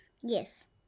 Yes